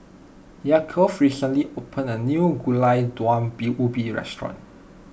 Yaakov recently opened a new Gulai Daun Ubi restaurant